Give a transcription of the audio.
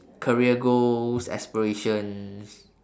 career goals aspirations